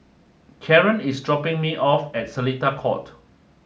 Karen is dropping me off at Seletar Court